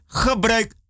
gebruik